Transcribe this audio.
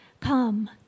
Come